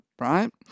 right